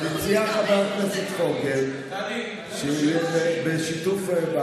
אז הציע חבר הכנסת פוגל שזה יהיה בשיתוף.